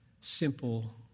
simple